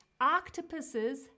Octopuses